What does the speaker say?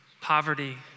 Poverty